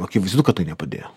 akivaizdu kad tai nepadėjo